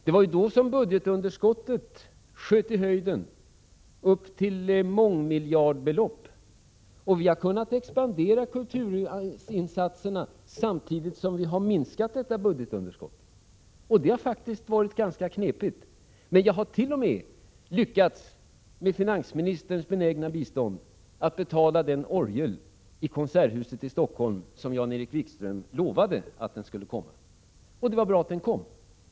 Det var ju då som budgetunderskottet sköt i höjden upp till mångmiljardbelopp. Vi har kunnat expandera kulturinsatserna samtidigt som vi har minskat detta budgetunderskott, men det har faktiskt varit ganska knepigt. Jag har t.o.m., med finansministerns benägna bistånd, lyckats betala den orgel i konserthuset i Stockholm som Jan-Erik Wikström lovade skulle komma. Och det var bra att den kom!